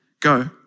Go